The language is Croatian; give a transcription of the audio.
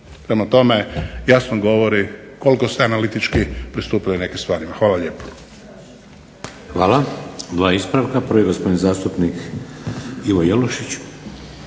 Prema tome, jasno govori koliko ste analitički pristupili nekim stvarima. Hvala lijepo.